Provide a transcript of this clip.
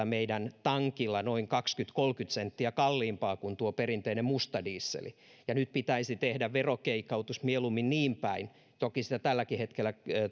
meidän tankilla noin kaksikymmentä viiva kolmekymmentä senttiä kalliimpaa kuin tuo perinteinen musta diesel ja nyt pitäisi tehdä verokeikautus mieluummin niin päin toki sitä tälläkin hetkellä